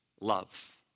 Love